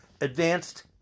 advanced